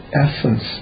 essence